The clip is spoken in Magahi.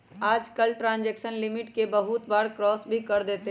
आजकल लोग ट्रांजेक्शन लिमिट के बहुत बार क्रास भी कर देते हई